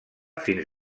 fins